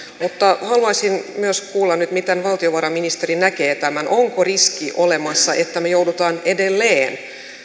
mutta haluaisin myös kuulla nyt miten valtiovarainministeri näkee tämän onko olemassa riski että me joudumme edelleen